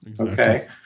okay